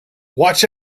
watch